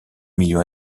milieu